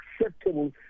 acceptable